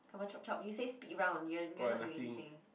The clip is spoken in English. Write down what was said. come on chop chop you say speed round you're you're not doing anything